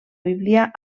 bíblia